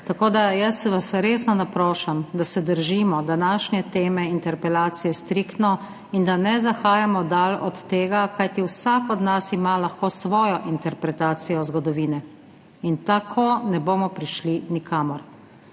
Tako da vas jaz resno naprošam, da se striktno držimo današnje teme interpelacije in da ne zahajamo dlje od tega, kajti vsak od nas ima lahko svojo interpretacijo zgodovine in tako ne bomo prišli nikamor.